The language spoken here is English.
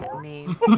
Name